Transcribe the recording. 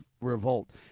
revolt